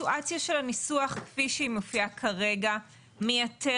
הסיטואציה של הניסוח כפי שהיא מופיעה כרגע מייתרת